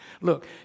Look